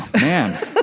man